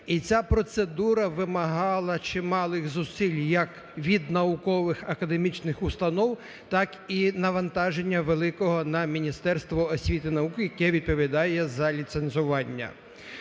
І ця процедура вимагала чималих зусиль як від наукових академічних установ, так і навантаження великого на Міністерство освіти і науки, яке відповідає за ліцензування.